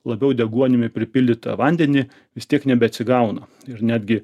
labiau deguonimi pripildytą vandenį vis tiek nebeatsigauna ir netgi